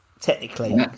Technically